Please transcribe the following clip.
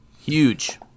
Huge